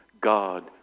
God